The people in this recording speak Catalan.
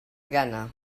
gana